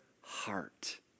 heart